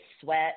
sweat